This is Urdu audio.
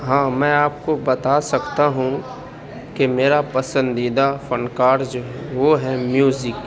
ہاں میں آپ کو بتا سکتا ہوں کہ میرا پسندیدہ فن کار جو ہے وہ ہے میوزک